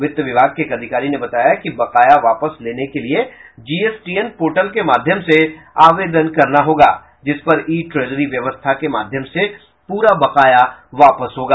वित्त विभाग के एक अधिकारी ने बताया कि बकाया वापस लेने के लिये जीएसटीएन पोर्टल के माध्यम से आवेदन करना होगा जिस पर ई ट्रेजरी व्यवस्था के माध्यम से पूरा बकाया वापस होगा